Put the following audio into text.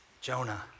Jonah